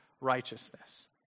righteousness